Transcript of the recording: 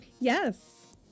Yes